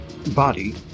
body